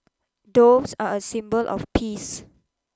doves are a symbol of peace